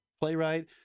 playwright